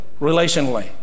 relationally